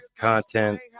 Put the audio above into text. content